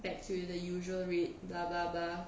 back to the usual rate blah blah blah